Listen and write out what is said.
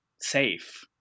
safe